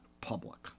public